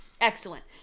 Excellent